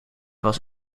was